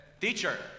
teacher